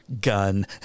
gun